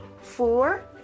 Four